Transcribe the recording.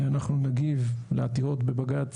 אנחנו נגיב לעתירות בבג"ץ